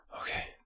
Okay